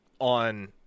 on